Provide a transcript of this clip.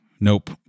nope